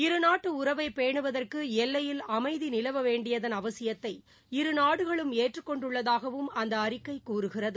இரு நாட்டு உறவை பேனுவதற்கு எல்லையில் அமைதி நிலவ வேண்டியதன் அவசியத்தை இரு நாடுகளும் ஏற்றுக் கொண்டுள்ளதாகவும் அந்த அறிக்கை கூறுகிறது